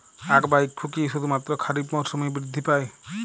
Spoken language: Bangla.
আখ বা ইক্ষু কি শুধুমাত্র খারিফ মরসুমেই বৃদ্ধি পায়?